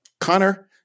Connor